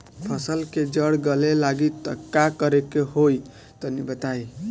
फसल के जड़ गले लागि त का करेके होई तनि बताई?